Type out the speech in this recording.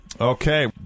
Okay